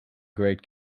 great